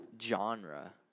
genre